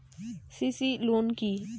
CC loan কি?